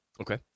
Okay